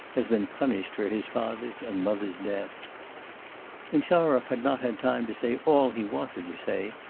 has been punished for his father's and mother's death insarov had not had time to say all he wanted to say,